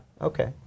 okay